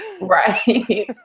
Right